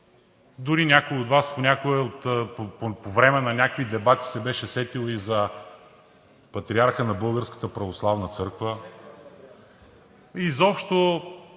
дори някой от Вас по време на някакви дебати се беше сетил и за патриарха на Българската православна църква